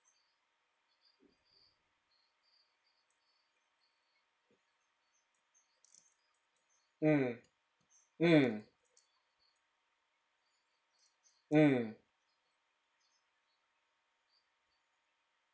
mm mm mm